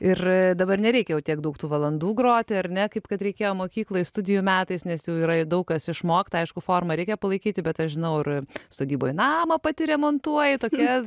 ir dabar nereikia jau tiek daug tų valandų groti ar ne kaip kad reikėjo mokykloj studijų metais nes jau yra ir daug kas išmokta aišku formą reikia palaikyti bet aš žinau ir sodyboj namą pati remontuoji tokia